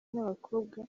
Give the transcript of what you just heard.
n’abakobwa